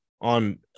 on